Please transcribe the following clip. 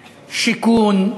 שיכון,